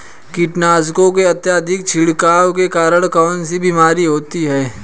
कीटनाशकों के अत्यधिक छिड़काव के कारण कौन सी बीमारी होती है?